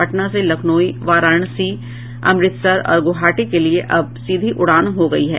पटना से लखनऊ वाराणसी अमृतसर और गुवाहाटी के लिये अब सीधी उड़ान हो गयी हैं